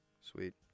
sweet